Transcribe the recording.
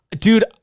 Dude